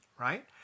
right